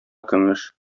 көмеш